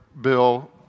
Bill